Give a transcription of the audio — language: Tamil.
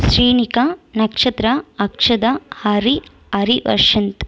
ஸ்ரீநிக்கா நக்ஷத்ரா அக்ஷதா ஹரி ஹரிவர்ஷந்த்